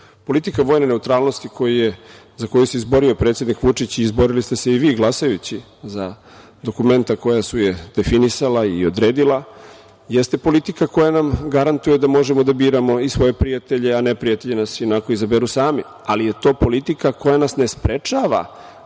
Politika vojne neutralnosti za koju se izborio predsednik Vučić i izborili ste se i vi glasajući za dokumenta koja su je definisala i odredila, jeste politika koja nam garantuje da možemo da biramo i svoje prijatelje, a neprijatelji nas i onako izaberu sami, ali je to politika koja nas ne sprečava